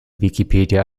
wikipedia